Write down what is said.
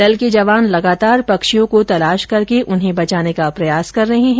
दल के जवान लगातार पक्षियों को तलाश करके उन्हें बचाने का प्रयास कर रहे हैं